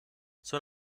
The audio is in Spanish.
son